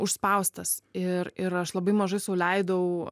užspaustas ir ir aš labai mažai sau leidau